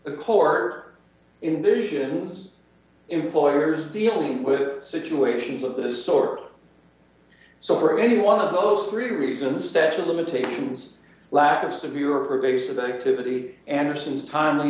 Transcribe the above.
the court indigents employers dealing with situations of this sort so for any one of those three reasons statute of limitations lack of severe pervasive activity anderson's time